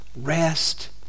Rest